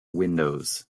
windows